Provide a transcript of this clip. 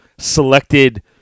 selected